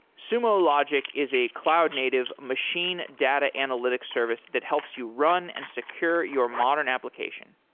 sumo logic is a cloud native machine data analytics service that helps you run and secure your modern application.